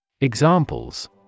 Examples